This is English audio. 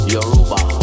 Yoruba